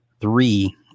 three